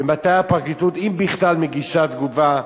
ומתי הפרקליטות, אם בכלל, מגישה תגובה?